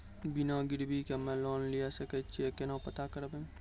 बिना गिरवी के हम्मय लोन लिये सके छियै केना पता करबै?